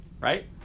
right